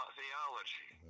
theology